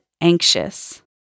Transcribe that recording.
anxious